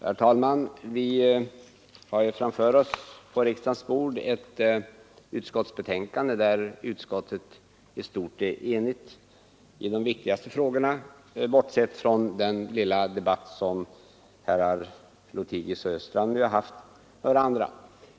Herr talman! Vi har framför oss på riksdagens bord ett utskottsbetänkande där utskottet i stort är enigt i de viktigaste frågorna, och jag bortser här också från den lilla debatt som herrar Lothigius och Östrand har haft med varandra.